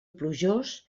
plujós